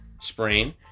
sprain